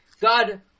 God